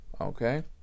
Okay